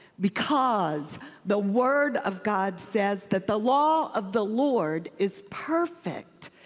because the word of god says that the law of the lord is perfect,